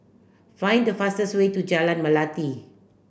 find the fastest way to Jalan Melati